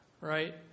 Right